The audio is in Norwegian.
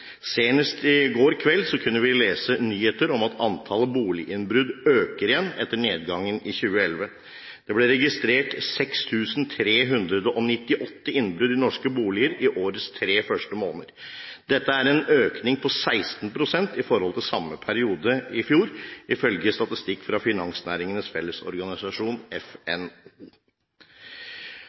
Senest i går kveld kunne vi lese nyheter om at antallet boliginnbrudd igjen øker, etter nedgangen i 2011. Det ble registrert 6 398 innbrudd i norske boliger i årets tre første måneder. Dette er en økning på 16 pst. i forhold til samme periode i fjor, ifølge statistikk fra Finansnæringens Fellesorganisasjon, FNO.